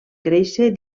créixer